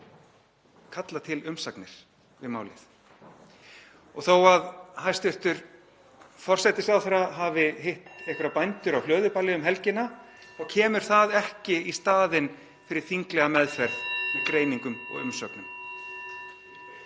kalla til umsagnir um málið. Þó að hæstv. forsætisráðherra hafi hitt einhverja bændur á hlöðuballi um helgina þá kemur það ekki í staðinn fyrir þinglega meðferð með greiningum og umsögnum.